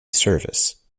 service